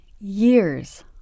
years